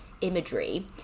imagery